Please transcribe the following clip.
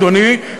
אדוני,